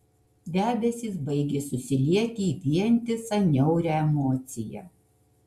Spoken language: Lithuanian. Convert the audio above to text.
debesys baigė susilieti į vientisą niaurią emociją